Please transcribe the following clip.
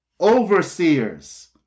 overseers